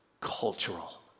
cultural